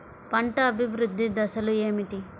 పంట అభివృద్ధి దశలు ఏమిటి?